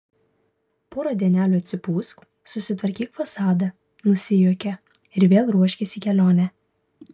porą dienelių atsipūsk susitvarkyk fasadą nusijuokė ir vėl ruoškis į kelionę